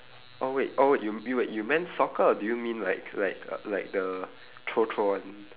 oh wait oh wait you w~ you w~ you meant soccer or do you mean like like uh like the throw throw one